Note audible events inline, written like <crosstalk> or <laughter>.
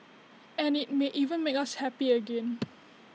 and IT may even make us happy again <noise>